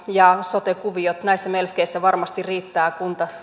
ja sote kuviot ovat uusiutumassa ja näissä melskeissä varmasti riittää